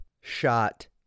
shot